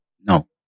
No